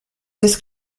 this